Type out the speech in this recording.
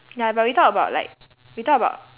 ya but we talk about like we talk about